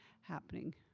happening